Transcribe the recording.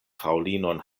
fraŭlinon